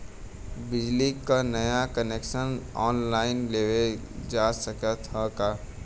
बिजली क नया कनेक्शन ऑनलाइन लेवल जा सकत ह का?